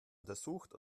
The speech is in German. untersucht